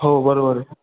हो बरोबर आहे